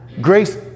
Grace